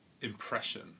impression